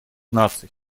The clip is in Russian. наций